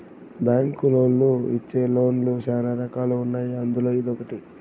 బ్యాంకులోళ్ళు ఇచ్చే లోన్ లు శ్యానా రకాలు ఉన్నాయి అందులో ఇదొకటి